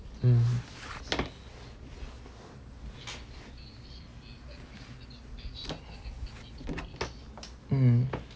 mm mm